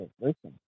Listen